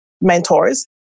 mentors